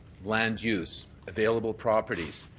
land use, available properties,